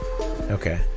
Okay